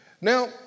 Now